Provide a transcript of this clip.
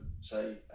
say